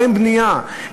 אין בנייה,